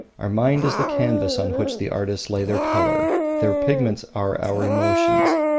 our mind is the canvas on which the artists lay their colour their pigments are our emotions